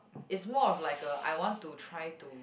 is more of like a i want to try to